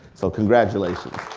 so congratulations.